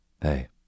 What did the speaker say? Hey